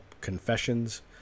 Confessions